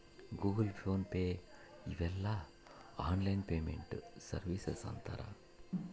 Google Pay PhonePe ಇವೆಲ್ಲ online payment services ಅಂತರ್